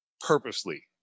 purposely